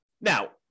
Now